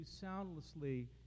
soundlessly